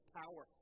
power